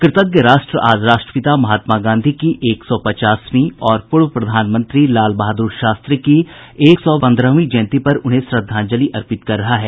कृतज्ञ राष्ट्र आज राष्ट्रपिता महात्मा गांधी की एक सौ पचासवीं और पूर्व प्रधानमंत्री लाल बहाद्र शास्त्री की एक सौ पंद्रहवीं जयंती पर उन्हें श्रद्वांजलि अर्पित कर रहा है